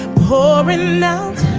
pouring you know